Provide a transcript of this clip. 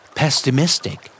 pessimistic